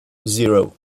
zero